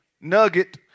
Nugget